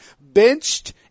benched